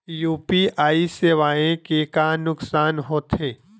UPI सेवाएं के का नुकसान हो थे?